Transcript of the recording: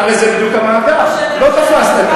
באמת, נו.